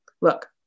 Look